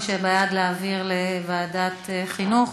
מי שבעד, להעביר לוועדת חינוך.